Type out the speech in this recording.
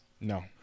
No